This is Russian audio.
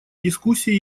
дискуссии